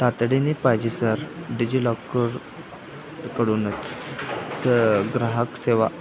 तातडीने पाहिजे सर डिजिलॉकरू करुनच स ग्राहक सेवा